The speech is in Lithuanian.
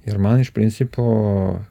ir man iš principo